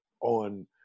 on